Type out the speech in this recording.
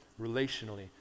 relationally